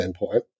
endpoint